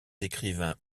écrivains